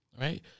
right